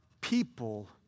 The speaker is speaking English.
people